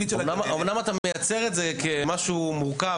אמנם אתה מציג את זה כמשהו מורכב